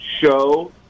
show